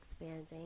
expanding